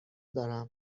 دارم